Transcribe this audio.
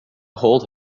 hold